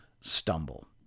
stumble